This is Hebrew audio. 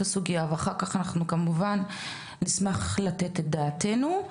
הסוגייה ואחר כך אנחנו כמובן נשמח לתת את דעתנו.